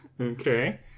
Okay